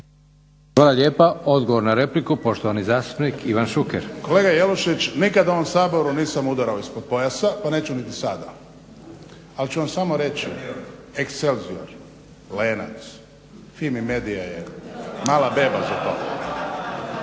Hvala lijepa. Odgovor na repliku poštovani zastupnik Ivan Šuker. **Šuker, Ivan (HDZ)** Kolega Jelušić nikad u ovom Saboru nisam udarao ispod pojasa pa neću niti sada ali ću vam samo reći Excelzior, Lenac, Fimi Medija je mala beba za to.